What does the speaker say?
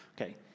Okay